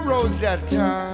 Rosetta